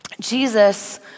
Jesus